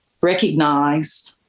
recognized